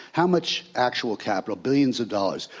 how much actual capital, billions of dollars?